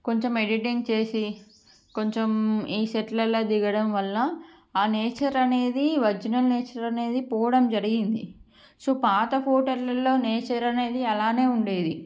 కొంచెం ఎడిటింగ్ చేసి కొంచెం ఈ సెట్లలో దిగడం వలన ఆ నేచర్ అనేది ఒర్జినల్ నేచర్ అనేది పోవడం జరిగింది సో పాత ఫోటోలలో నేచర్ అనేది అలానే ఉండేది